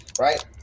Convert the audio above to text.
right